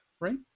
Right